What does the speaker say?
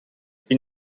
die